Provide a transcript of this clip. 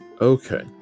okay